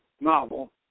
novel